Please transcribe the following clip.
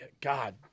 God